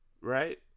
right